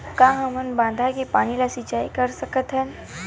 का हमन बांधा के पानी ले सिंचाई कर सकथन?